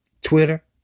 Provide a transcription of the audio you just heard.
Twitter